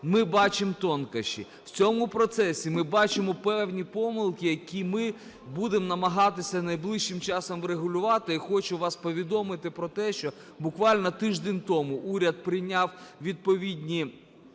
ми бачимо тонкощі. В цьому процесі ми бачимо певні помилки, які ми будемо намагатися найближчим часом врегулювати. І хочу вас повідомити про те, що буквально тиждень тому уряд прийняв відповідні